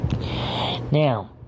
Now